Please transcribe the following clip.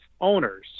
owners